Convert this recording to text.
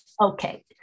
Okay